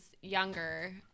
younger